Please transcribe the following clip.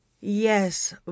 Yes